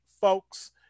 folks